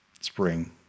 Spring